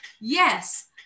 Yes